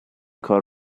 کار